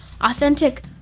Authentic